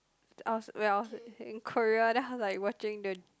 I was when I was in Korea then I was like watching the